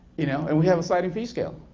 you know and we have a sliding fee scale.